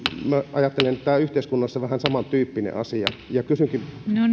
ajattelen että yhteiskunnassa on vähän samantyyppinen asia kysynkin